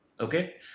Okay